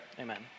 Amen